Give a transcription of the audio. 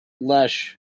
lesh